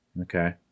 Okay